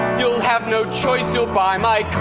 you'll have no choice you'll buy my